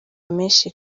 menshi